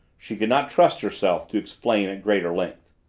she could not trust herself to explain at greater length.